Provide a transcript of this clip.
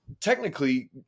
technically